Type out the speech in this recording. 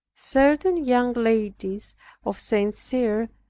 certain young ladies of st. cyr,